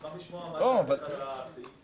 אשמח לשמוע מה דעת השופטת